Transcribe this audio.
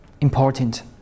important